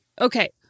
Okay